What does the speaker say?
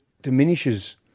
diminishes